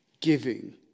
giving